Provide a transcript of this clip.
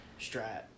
strat